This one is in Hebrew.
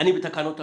אני בתקנות ההסעות.